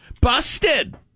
Busted